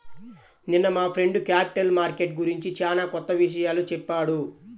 నిన్న మా friend capital market గురించి చానా కొత్త విషయాలు చెప్పాడు